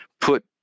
put